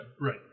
Right